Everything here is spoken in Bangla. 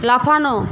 লাফানো